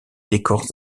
décors